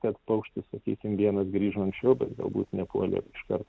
kad paukštis sakykim vienas grįžo anksčiau bet galbūt nepuolė iškart